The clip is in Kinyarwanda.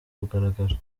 kugaragara